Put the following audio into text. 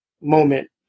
moment